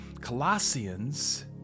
Colossians